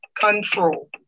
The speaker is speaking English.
control